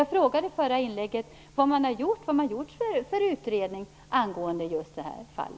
Jag frågade i mitt förra inlägg vilken utredning som har gjorts angående just detta fall.